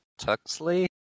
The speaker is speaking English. Tuxley